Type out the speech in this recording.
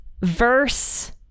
verse